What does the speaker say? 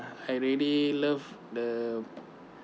I really love the